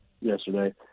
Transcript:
yesterday